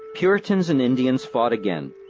puritans and indians fought again.